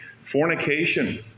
Fornication